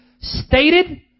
stated